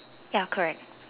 ya correct